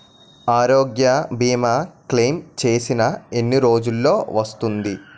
ఆరోగ్య భీమా క్లైమ్ చేసిన ఎన్ని రోజ్జులో వస్తుంది?